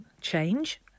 change